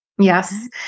yes